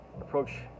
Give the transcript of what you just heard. approach